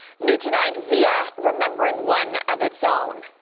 new tonight via remembering one of its own.